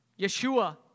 Yeshua